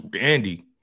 Andy